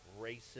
racist